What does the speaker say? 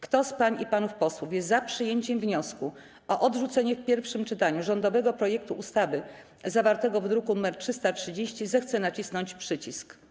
Kto z pań i panów posłów jest za przyjęciem wniosku o odrzucenie w pierwszym czytaniu rządowego projektu ustawy zawartego w druku nr 330, zechce nacisnąć przycisk.